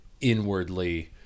inwardly